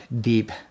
deep